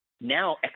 now